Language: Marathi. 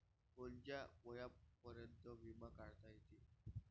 कोनच्या वयापर्यंत बिमा काढता येते?